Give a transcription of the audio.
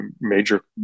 major